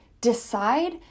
decide